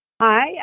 Hi